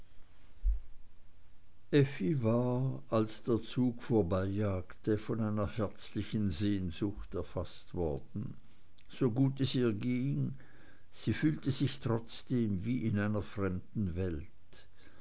war als der zug vorbeijagte von einer herzlichen sehnsucht erfaßt worden so gut es ihr ging sie fühlte sich trotzdem wie in einer fremden welt